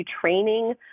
training